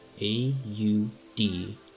a-u-d